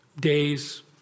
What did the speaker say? days